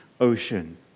Ocean